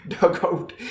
dugout